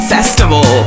Festival